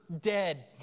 dead